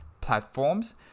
platforms